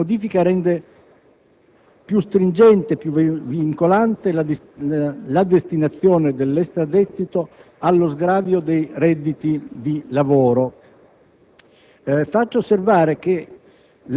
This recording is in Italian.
1, che rende più stringente e vincolante la destinazione dell'extragettito allo sgravio dei redditi da lavoro.